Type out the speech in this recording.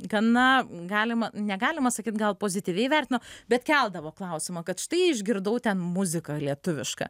gana galima negalima sakyt gal pozityviai vertino bet keldavo klausimą kad štai išgirdau ten muziką lietuvišką